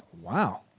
Wow